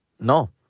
No